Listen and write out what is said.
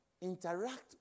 interact